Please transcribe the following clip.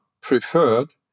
preferred